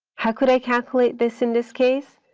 how could i calculate this in this case?